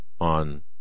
on